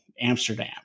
Amsterdam